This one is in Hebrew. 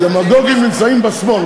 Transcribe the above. הדמגוגים נמצאים בשמאל.